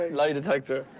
lie detector,